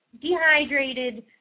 dehydrated